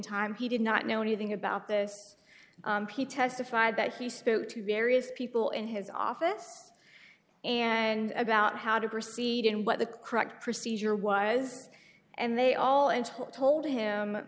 time he did not know anything about this he testified that he spoke to various people in his office and about how to proceed and what the correct procedure was and they all and told him